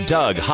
Doug